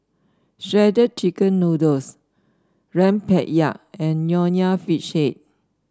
Shredded Chicken Noodles Rempeyek and Nonya Fish Head